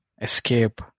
escape